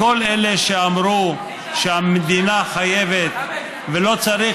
לכל אלה שאמרו שהמדינה חייבת ולא צריך